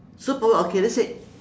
superpower okay let's say